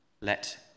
let